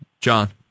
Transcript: John